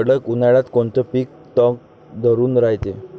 कडक उन्हाळ्यात कोनचं पिकं तग धरून रायते?